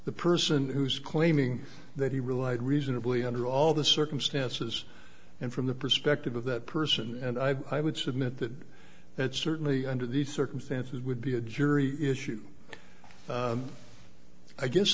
the person who's claiming that he relied reasonably under all the circumstances and from the perspective of that person and i i would submit that that certainly under these circumstances would be a jury issue i guess